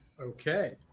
Okay